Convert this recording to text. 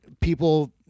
people